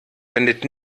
wendet